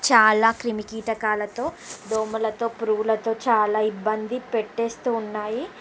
చాలా క్రిమికీటకాలతో దోమలతో పురుగులతో చాలా ఇబ్బంది పెట్టేస్తూ ఉన్నాయి